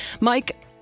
Mike